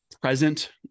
present